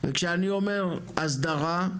וכשאני אומר הסדרה,